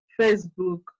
Facebook